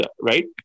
right